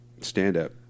stand-up